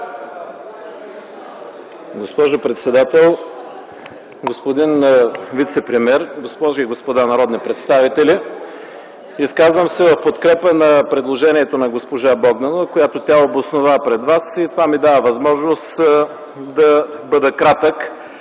Госпожо председател, господин вицепремиер, госпожи и господа народни представители! Изказвам се в подкрепа на предложението на госпожа Богданова, което тя обоснова пред вас, и това ми дава възможност да бъда кратък.